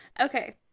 Okay